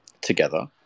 together